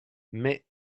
mais